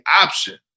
option